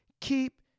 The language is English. keep